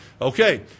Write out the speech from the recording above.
Okay